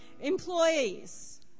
Employees